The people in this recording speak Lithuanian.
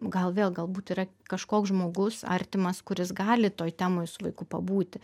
gal vėl galbūt yra kažkoks žmogus artimas kuris gali toj temoj su vaiku pabūti